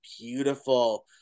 beautiful